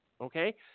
Okay